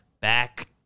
back